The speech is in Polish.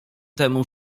temu